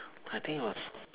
I think he was